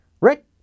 Rick